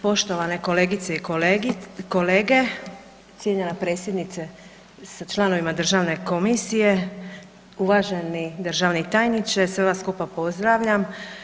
Poštovane kolegice i kolege, cijenjenja predsjednica sa članova Državne komisije, uvaženi državni tajniče, sve vas skupa pozdravljam.